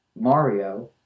Mario